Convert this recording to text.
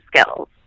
skills